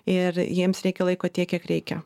ir jiems reikia laiko tiek kiek reikia